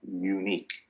unique